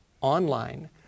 online